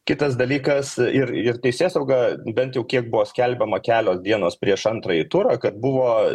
kitas dalykas ir ir teisėsauga bent jau kiek buvo skelbiama kelios dienos prieš antrąjį turą kad buvo